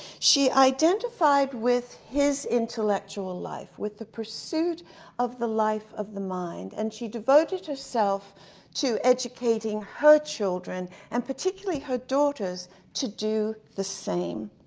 she identified with his intellectual life with the pursuits of the life of the mind and she devoted herself to educating her children and particularly her daughters to do the same.